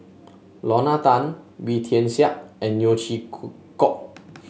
Lorna Tan Wee Tian Siak and Neo Chwee Kok